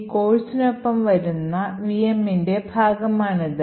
ഈ കോഴ്സിനൊപ്പം വരുന്ന VMന്റെ ഭാഗമാണിത്